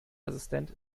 assistent